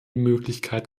möglichkeit